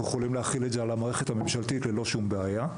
יכולים להכין את זה על המערכת הממשלתית ללא שום בעיה,